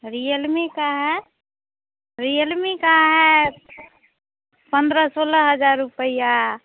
Realme का है Realme का है पंद्रह सोलह हज़ार रुपया